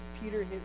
Peter